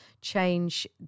change